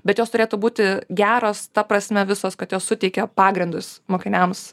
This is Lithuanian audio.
bet jos turėtų būti geros ta prasme visos kad jos suteikia pagrindus mokiniams